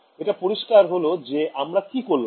এটা পরিস্কার হল যে আমরা কি করলাম